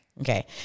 Okay